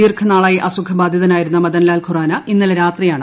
ദീർഘനാളായി അസുഖബാധിതനായിരുന്ന മദൻലാൽ ഖുറാന ഇന്നലെ രാത്രിയാണ് അന്തരിച്ചത്